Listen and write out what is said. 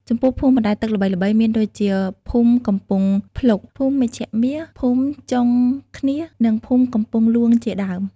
ចំពោះភូមិបណ្តែតទឹកល្បីៗមានដូចជា ភូមិកំពង់ភ្លុក ភូមិមេជ្ឈមាស ភូមិចុងឃ្នៀស និងភូមិកំពង់លួងជាដើម។